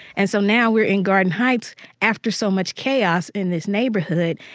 and so now we're in garden heights after so much chaos in this neighborhood,